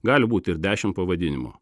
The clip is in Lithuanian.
gali būti ir dešimt pavadinimų